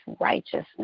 righteousness